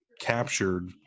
captured